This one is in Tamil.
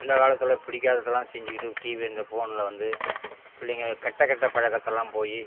இந்த காலத்தில் பிடிக்காததெல்லாம் செஞ்சுக்கிட்டு டிவி இந்த ஃபோனில் வந்து பிள்ளைங்களை கெட்ட கெட்ட பழக்கத்தை எல்லாம் போய்